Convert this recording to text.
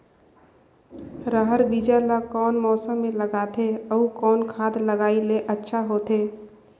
रहर बीजा ला कौन मौसम मे लगाथे अउ कौन खाद लगायेले अच्छा होथे?